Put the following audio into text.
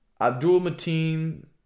Abdul-Mateen